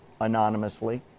anonymously